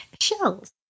shells